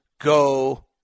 go